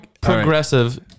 progressive